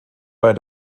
bei